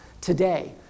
today